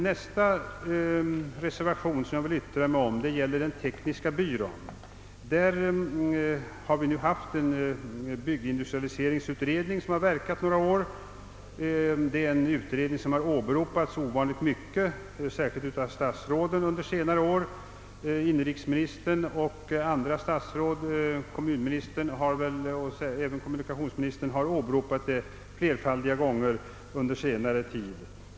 Nästa reservation som jag vill säga några ord om gäller den tekniska byrån. Vi har en byggindustrialiseringsutredning, som har verkat under några år. Denna har åberopats ovanligt mycket, särskilt av statsråden under senare tid — inrikesministern, kommunministern och kommunikationsministern har åberopat den flerfaldiga gånger.